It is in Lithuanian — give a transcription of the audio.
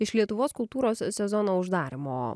iš lietuvos kultūros sezono uždarymo